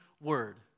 word